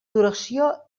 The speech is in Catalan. duració